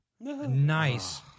nice